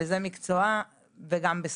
וזה מקצועה, וגם בשפות.